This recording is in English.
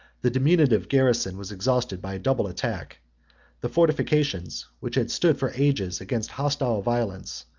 the diminutive garrison was exhausted by a double attack the fortifications, which had stood for ages against hostile violence,